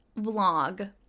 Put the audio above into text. vlog